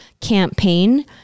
campaign